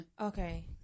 okay